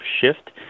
shift